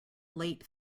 late